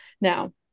now